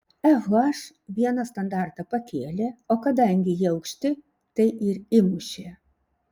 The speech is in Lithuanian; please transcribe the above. fh vieną standartą pakėlė o kadangi jie aukšti tai ir įmušė